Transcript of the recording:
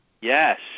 yes